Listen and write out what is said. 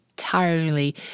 entirely